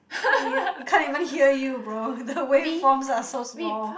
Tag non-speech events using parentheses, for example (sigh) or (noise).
(noise) can't even hear you bro the way forms are so small